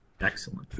excellent